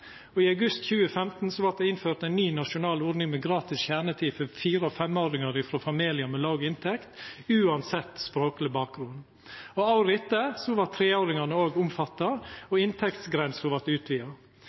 og i august 2015 vart det innført ei ny nasjonal ordning med gratis kjernetid for fire- og femåringar frå familiar med låg inntekt, uansett språkleg bakgrunn. Året etter vart treåringane òg omfatta, og inntektsgrensa vart utvida. For Venstre har dette